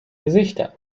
gesichter